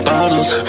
Bottles